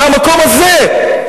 מהמקום הזה.